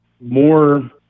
more